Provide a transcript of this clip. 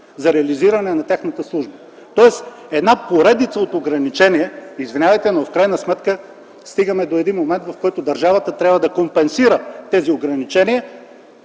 за реализиране на тяхната служба – тоест една поредица от ограничения. В крайна сметка стигаме до момент, в който държавата трябва да компенсира тези ограничения